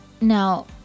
Now